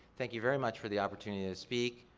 thank you very much for the opportunity to speak.